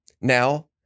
Now